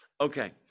Okay